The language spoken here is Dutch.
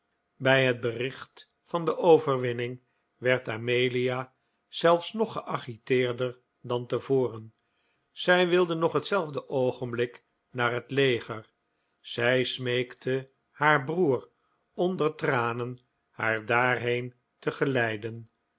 bij het bericht van de overwinning werd amelia zelfs nog geagiteerder dan te voren zij wilde nog hetzelfde oogenblik naar het leger zij smeekte haar broer onder tranen haar daarheen te geleiden